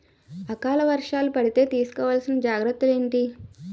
ఆకలి వర్షాలు పడితే తీస్కో వలసిన జాగ్రత్తలు ఏంటి?